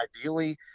ideally